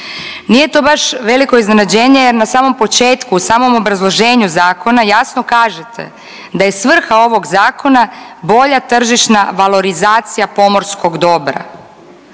Nije to baš veliko iznenađenje jer na samom početku u samom obrazloženju zakona jasno kažete da je svrha ovog zakona bolja tržišna valorizacija pomorskog dobra,